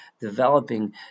developing